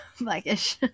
blackish